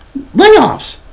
layoffs